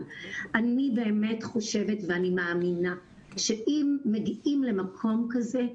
אני באמת חושבת ואני מאמינה שאם מגיעים למקום כזה,